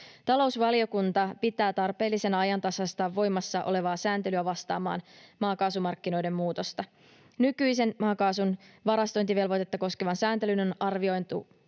Talousvaliokunta pitää tarpeellisena ajantasaistaa voimassa olevaa sääntelyä vastaamaan maakaasumarkkinoiden muutosta. Nykyisen maakaasun varastointivelvoitetta koskevan sääntelyn on arvioitu,